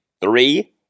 three